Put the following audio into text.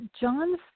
John's